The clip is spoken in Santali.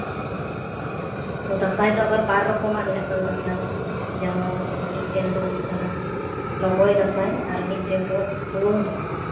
ᱟᱫᱚ ᱫᱟᱸᱥᱟᱭ ᱫᱚ ᱵᱟᱨ ᱨᱚᱠᱚᱢᱟᱜ ᱢᱮᱱᱟᱜ ᱠᱟᱫᱟ ᱫᱟᱸᱥᱟᱭ ᱡᱮᱢᱚᱱ ᱢᱤᱫᱴᱮᱱ ᱫᱚ ᱦᱩᱭᱩᱜ ᱠᱟᱱᱟ ᱞᱚᱵᱚᱭ ᱫᱟᱸᱥᱟᱭ ᱟᱨ ᱢᱤᱫᱴᱮᱱ ᱫᱚ ᱵᱷᱩᱣᱟᱹᱝ ᱫᱟᱸᱥᱟᱭ